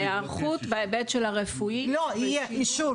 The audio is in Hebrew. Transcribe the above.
ההיערכות בהיבט הרפואי --- לא יהיה אישור.